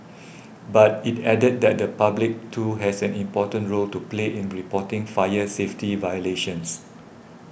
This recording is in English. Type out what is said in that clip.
but it added that the public too has an important role to play in reporting fire safety violations